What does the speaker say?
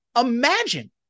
imagine